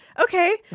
okay